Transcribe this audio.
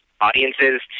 audiences